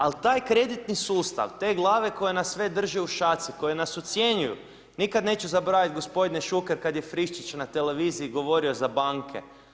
Al, taj kreditni sustav, te glave koje nas sve drže u šaci, koje nas ucjenjuju, nikada neću zaboraviti gospodine Šuker kada je Friščić na televiziji govorio za banke.